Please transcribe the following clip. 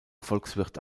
volkswirt